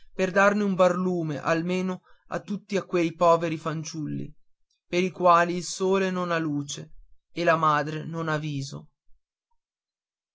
per darne un barlume almeno a tutti quei poveri fanciulli per i quali il sole non ha luce e la madre non ha viso